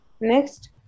next